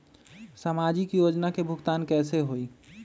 समाजिक योजना के भुगतान कैसे होई?